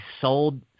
sold